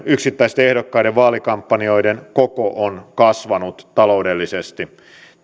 yksittäisten ehdokkaiden vaalikampanjoiden koko on kasvanut taloudellisesti